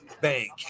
Bank